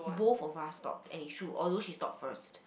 both of us stopped and it's true although she stopped first